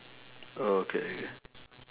okay K